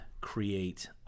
create